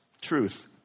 Truth